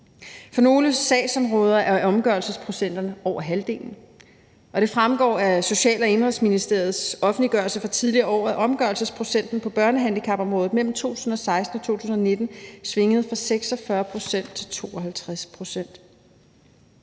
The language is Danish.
For nogle sagsområder er omgørelsesprocenterne på over 50, og det fremgår af Social - og Indenrigsministeriets offentliggørelser fra tidligere år, at omgørelsesprocenten på børnehandicapområdet mellem 2016 og 2019 svingede fra 46 pct. til 52 pct.